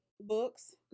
books